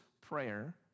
prayer